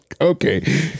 Okay